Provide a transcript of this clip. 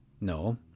No